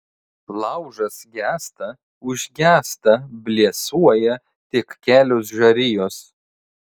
laužas gęsta užgęsta blėsuoja tik kelios žarijos